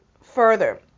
further